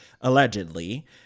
allegedly